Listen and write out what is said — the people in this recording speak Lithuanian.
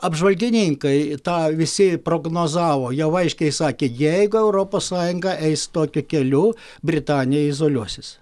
apžvalgininkai tą visi prognozavo jau aiškiai sakė jeigu europos sąjunga eis tokiu keliu britanija izoliuosis